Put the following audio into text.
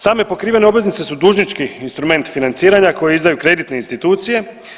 Same pokrivene obveznice su dužnički instrument financiranja koji izdaju kreditne institucije.